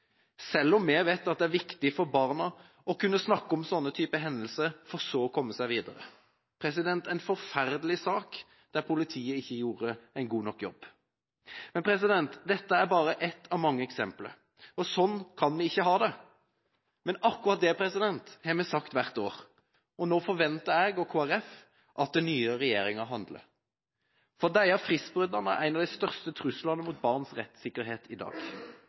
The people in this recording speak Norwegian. selv om vi vet at det er viktig for barna å kunne snakke om sånne typer hendelser for så å komme seg videre. Det var en forferdelig sak, der politiet ikke gjorde en god nok jobb. Men dette er bare ett av mange eksempler. Og sånn kan vi ikke ha det! Men akkurat det har vi sagt hvert år, og nå forventer jeg og Kristelig Folkeparti at den nye regjeringa handler. For disse fristbruddene er en av de største truslene mot barns rettsikkerhet i dag.